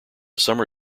summer